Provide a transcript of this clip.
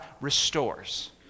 restores